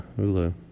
Hulu